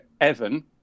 Evan